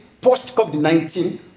post-COVID-19